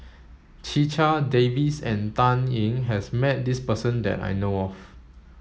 Checha Davies and Dan Ying has met this person that I know of